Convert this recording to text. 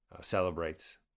celebrates